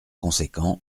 conséquent